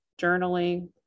journaling